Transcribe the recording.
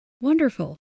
Wonderful